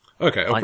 Okay